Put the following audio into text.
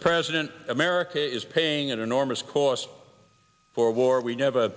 r president america is paying an enormous cost for a war we never